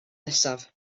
nesaf